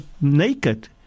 naked